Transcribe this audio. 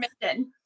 permission